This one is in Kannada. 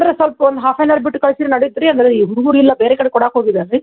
ಅಂದ್ರೆ ಸ್ವಲ್ಪ ಒಂದು ಹಾಫ್ ಆನ್ ಅವರ್ ಬಿಟ್ಟು ಕಳಿರ್ ನಡೀತು ರೀ ಅಂದ್ರೆ ಈ ಹುಡ್ಗರು ಇಲ್ಲ ಬೇರೆ ಕಡೆ ಕೊಡೋಕೆ ಹೋಗಿದ್ದಾರೆ ರೀ